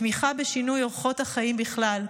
תמיכה בשינוי אורחות החיים בכלל,